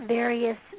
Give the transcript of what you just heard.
various